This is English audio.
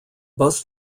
bus